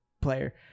player